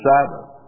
Sabbath